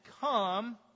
come